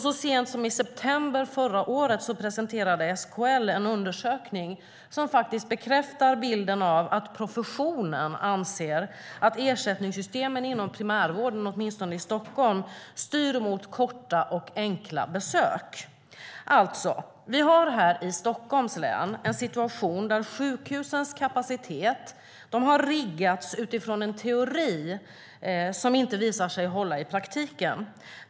Så sent som i september förra året presenterade SKL en undersökning som bekräftar bilden av att professionen anser att ersättningssystemen inom primärvården, åtminstone i Stockholm, styr mot korta och enkla besök. Alltså: Vi har här i Stockholms län en situation där sjukhusens kapacitet har riggats utifrån en teori som inte visar sig hålla i praktiken.